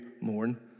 mourn